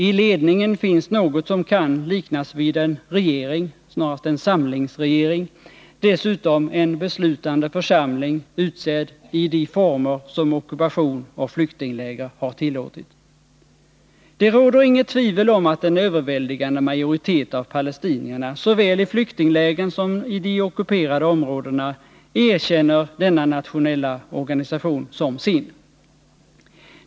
I ledningen finns något som kan liknas vid en regering, snarast en samlingsregering, och dessutom en beslutande församling, utsedd i de former som ockupation och flyktingläger har tillåtit. 195 Det råder inget tvivel om att en överväldigande majoritet av palestinierna såväl i flyktinglägren som i de ockuperade områdena erkänner denna nationella organisation som sin.